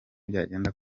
byagenda